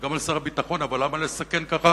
וגם על שר הביטחון, אבל למה לסכן ככה